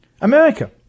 America